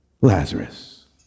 Lazarus